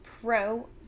pro